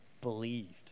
believed